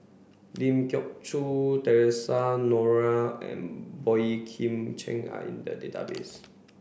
Ling Geok Choon Theresa Noronha and Boey Kim Cheng are in the database